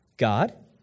God